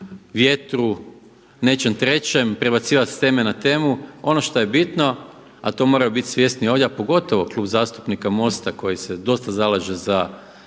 nečem trećem, prebacivati s teme na temu. Ono što je bitno, a to moraju biti svjesni ovdje, a pogotovo Klub zastupnika MOST-a koji se dosta zalaže